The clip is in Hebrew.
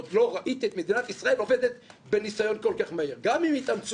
עוד לא ראיתי את מדינת ישראל עובדת בניסיון כל כך מהיר גם אם יתאמצו